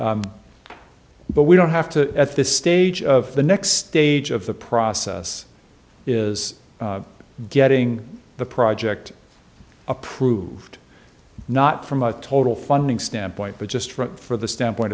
but we don't have to at this stage of the next stage of the process is getting the project approved not from a total funding standpoint but just for the standpoint